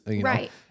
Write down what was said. Right